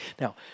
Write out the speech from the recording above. Now